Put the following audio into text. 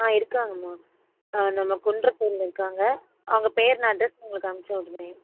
ஆ இருக்காங்கம்மா ஆ நம்ம குன்றத்தூரில் இருக்காங்க அவங்க பேர் நான் அட்ரஸ் உங்களுக்கு அனுப்பிச்சி விட்றேன்